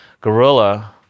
guerrilla